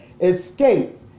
escape